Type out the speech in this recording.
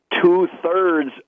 two-thirds